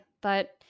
but-